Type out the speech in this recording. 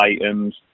items